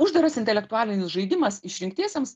uždaras intelektualinis žaidimas išrinktiesiems